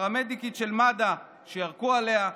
פרמדיקית של מד"א שירקו עליה,